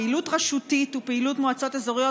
פעילות רשותית ופעילות מועצות אזוריות